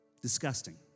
Disgusting